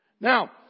Now